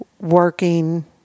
working